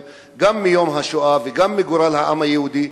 גם מיום השואה וגם מגורל העם היהודי,